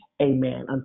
Amen